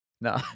no